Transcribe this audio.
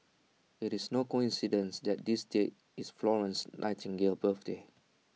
IT is no coincidence that this date is Florence Nightingale's birthday